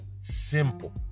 simple